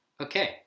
Okay